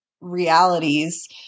realities